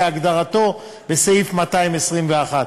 כהגדרתו בסעיף 221 לחוק.